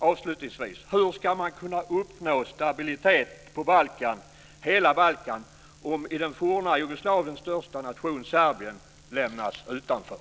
Men hur ska man kunna uppnå stabilitet på hela Balkan om det forna Jugoslaviens största nation - Serbien - lämnas utanför?